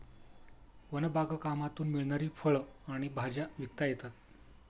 one बागकामातून मिळणारी फळं आणि भाज्या विकता येतात